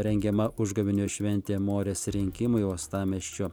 rengiama užgavėnių šventė morės rinkimai uostamiesčio